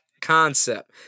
concept